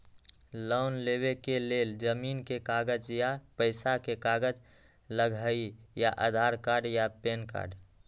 Loan लेवेके लेल जमीन के कागज या पेशा के कागज लगहई या आधार कार्ड या पेन कार्ड?